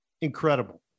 Incredible